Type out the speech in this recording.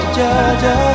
judge